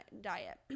diet